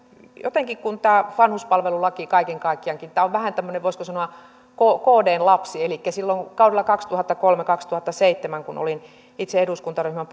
jotenkin tämä vanhuspalvelulaki kaiken kaikkiaankin on vähän tämmöinen voisiko sanoa kdn lapsi silloin kaksituhattakolme viiva kaksituhattaseitsemän kun olin itse eduskuntaryhmän